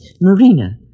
Marina